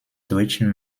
deutschen